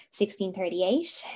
1638